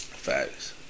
Facts